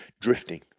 drifting